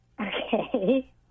Okay